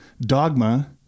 Dogma